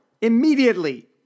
Immediately